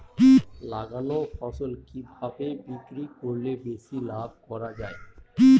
লাগানো ফসল কিভাবে বিক্রি করলে বেশি লাভ করা যায়?